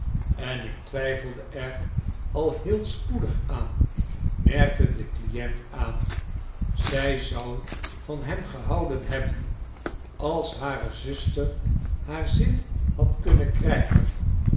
an ik twijfelde er al heel spoedig aan merkte de client aan zij zou van hem gehouden hebben als hare zuster haar zin had kunnen krijgen